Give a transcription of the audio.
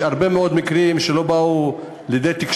יש הרבה מאוד מקרים שלא באו לתקשורת,